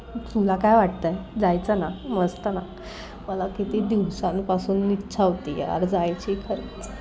तुला काय वाटतं आहे जायचं ना मस्त ना मला किती दिवसांपासून इच्छा होती यार जायची खरंच